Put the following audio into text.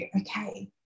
okay